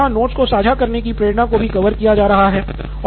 इस तरह यहाँ नोट्स को साझा करने की प्रेरणा को भी कवर किया जा रहा है